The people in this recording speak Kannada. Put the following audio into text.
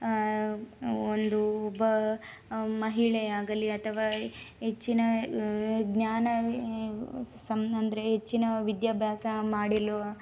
ಒಂದು ಒಬ್ಬ ಮಹಿಳೆಯಾಗಲಿ ಅಥವಾ ಹೆಚ್ಚಿನ ಜ್ಞಾನ ಸಂ ಅಂದರೆ ಹೆಚ್ಚಿನ ವಿದ್ಯಾಭ್ಯಾಸ ಮಾಡಿ